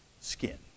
Skin